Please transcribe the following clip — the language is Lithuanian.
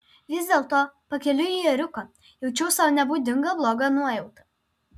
vis dėlto pakeliui į ėriuką jaučiau sau nebūdingą blogą nuojautą